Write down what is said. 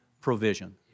provision